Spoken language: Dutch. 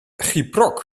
gyproc